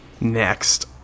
Next